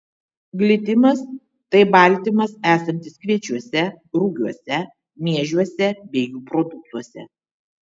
glitimas tai baltymas esantis kviečiuose rugiuose miežiuose bei jų produktuose